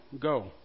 go